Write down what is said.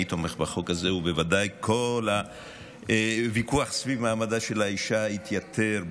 אני תומך בחוק הזה ובוודאי כל הוויכוח סביב מעמדה של האישה התייתר,